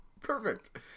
Perfect